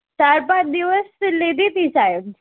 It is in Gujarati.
ચાર પાંચ દિવસ તો લીધી હતી સાહેબ